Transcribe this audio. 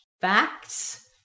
facts